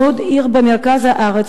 לוד היא עיר במרכז הארץ,